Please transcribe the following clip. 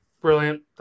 Brilliant